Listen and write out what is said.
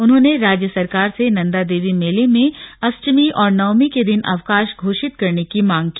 उन्होंने राज्य सरकार से नंदा देवी मेले में अष्टमी और नवमी के दिन अवकाश घोषित करने की मांग की